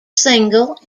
single